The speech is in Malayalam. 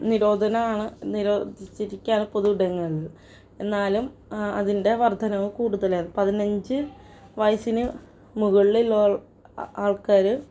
നിരോധനമാണ് നിരോധിച്ചിരിക്കുകയാണ് പൊതു ഇടങ്ങളിൽ എന്നാലും അതിൻ്റെ വർദ്ധനവ് കൂടുതലാണ് പതിനഞ്ച് വയസ്സിനു മുകളിലുള്ള അ ആൾക്കാർ